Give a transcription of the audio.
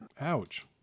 Ouch